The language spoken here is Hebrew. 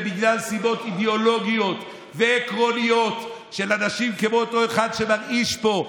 בגלל סיבות אידיאולוגיות ועקרוניות של אנשים כמו אותו אחד שמרעיש פה,